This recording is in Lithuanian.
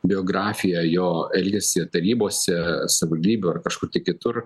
biografiją jo elgesį tarybose savivaldybių ar kažkur tai kitur